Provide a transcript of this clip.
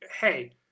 hey